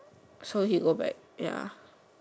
so he go back ya